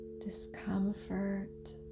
discomfort